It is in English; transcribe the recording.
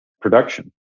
production